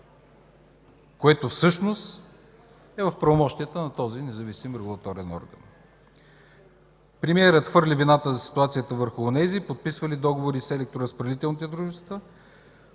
което всъщност е в правомощията на този независим регулаторен орган. Премиерът хвърли вината за ситуацията върху тези, които са подписвали договорите с електроразпределителните дружества,